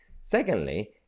Secondly